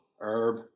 herb